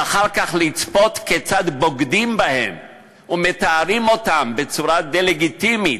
ואחר כך לצפות כיצד בוגדים בהם ומתארים אותם בצורה דה-לגיטימית,